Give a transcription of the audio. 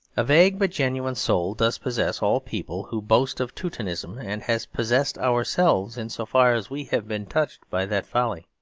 a vague but genuine soul does possess all peoples who boast of teutonism and has possessed ourselves, in so far as we have been touched by that folly.